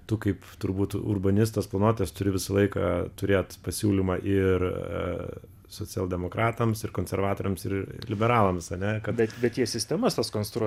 tu kaip turbūt urbanistas planuotas turi visą laiką turėt pasiūlymą ir socialdemokratams ir konservatoriams ir liberalams a ne kada bet bet jie sistemas tas konstruo